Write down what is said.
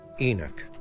Enoch